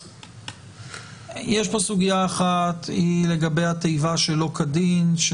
יש פה סוגיה אחת לגבי התיבה "שלא כדין".